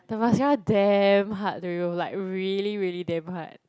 the mascara damn hard to remove like really really damn hard